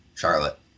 Charlotte